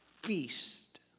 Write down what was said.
feast